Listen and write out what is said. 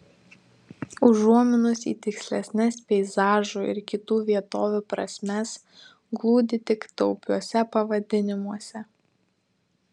užuominos į tikslesnes peizažų ir kitų vietovių prasmes glūdi tik taupiuose pavadinimuose